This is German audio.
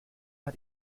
hat